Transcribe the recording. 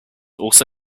also